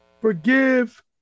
Forgive